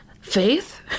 faith